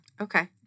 Okay